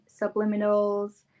subliminals